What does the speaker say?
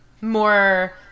more